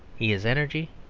he is energy,